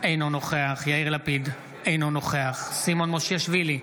אינו נוכח יאיר לפיד, אינו נוכח סימון מושיאשוילי,